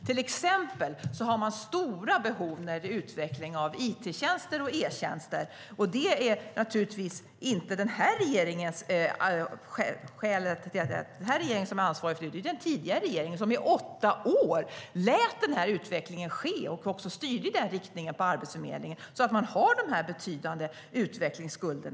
Till exempel har man stora behov när det gäller utveckling av it-tjänster och etjänster, och det ansvarar naturligtvis inte den här regeringen för utan den tidigare regeringen, som i åtta år lät utvecklingen ske och också styrde i den riktningen på Arbetsförmedlingen så att man har dessa betydande utvecklingsskulder.